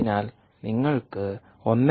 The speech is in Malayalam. അതിനാൽ നിങ്ങൾക്ക് 1